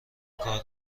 کارها